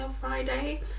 Friday